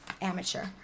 amateur